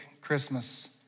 Christmas